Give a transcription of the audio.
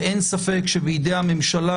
ואין ספק שבידי הממשלה,